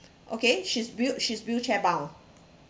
okay she's wheel she's wheelchair bound